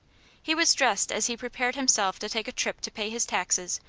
he was dressed as he prepared himself to take a trip to pay his taxes,